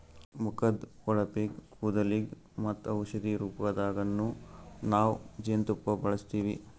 ಮುಖದ್ದ್ ಹೊಳಪಿಗ್, ಕೂದಲಿಗ್ ಮತ್ತ್ ಔಷಧಿ ರೂಪದಾಗನ್ನು ನಾವ್ ಜೇನ್ತುಪ್ಪ ಬಳಸ್ತೀವಿ